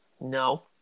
No